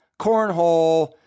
cornhole